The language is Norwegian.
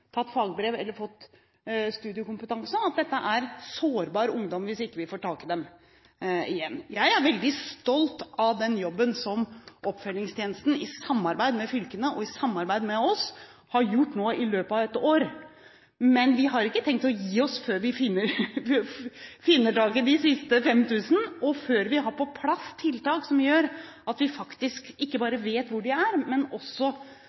tatt fagbrev eller fått studiekompetanse – og at dette er sårbar ungdom hvis vi ikke får tak i dem. Jeg er veldig stolt av den jobben som oppfølgingstjenesten i samarbeid med fylkene og i samarbeid med oss har gjort nå i løpet av ett år, men vi har ikke tenkt å gi oss før vi finner fram til de siste 5 000, og før vi har på plass tiltak som gjør at vi faktisk ikke bare vet hvor de er, men også